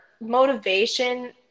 motivation